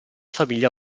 famiglia